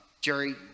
Jerry